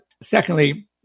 secondly